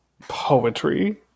poetry